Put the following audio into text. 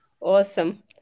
Awesome